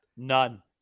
None